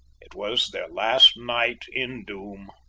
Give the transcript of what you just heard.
it was their last night in doom.